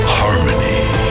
harmony